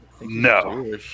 No